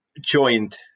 joint